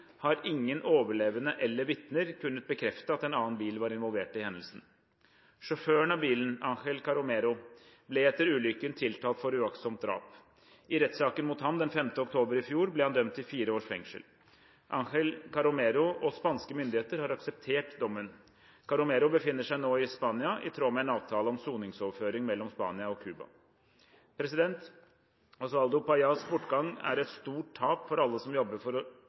har ingen overlevende eller vitner kunnet bekrefte at en annen bil var involvert i hendelsen. Sjåføren av bilen, Angel Carromero, ble etter ulykken tiltalt for uaktsomt drap. I rettssaken mot ham den 5. oktober i fjor ble han dømt til fire års fengsel. Angel Carromero og spanske myndigheter har akseptert dommen. Carromero befinner seg nå i Spania i tråd med en avtale om soningsoverføring mellom Spania og Cuba. Oswaldo Payás bortgang er et stort tap for alle som jobber for